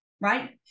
Right